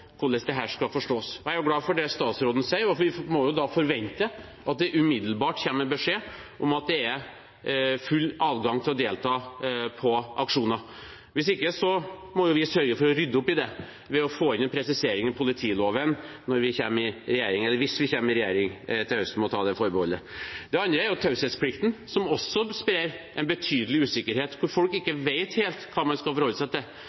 hvordan dette skal forstås. Jeg er glad for det statsråden sier, og vi må da forvente at det umiddelbart kommer en beskjed om at det er full adgang til å delta på aksjoner. Hvis ikke må vi sørge for å rydde opp i det ved å få inn en presisering i politiloven når vi kommer i regjering til høsten – eller hvis vi kommer i regjering til høsten. Jeg må ta det forbeholdet. Så er det taushetsplikten, som også sprer en betydelig usikkerhet, der folk ikke vet helt hva de skal forholde seg til.